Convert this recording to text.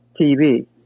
TV